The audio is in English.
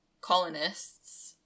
colonists